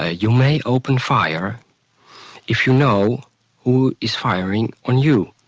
ah you may open fire if you know who is firing on you.